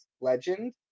legend